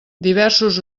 diversos